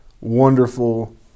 Wonderful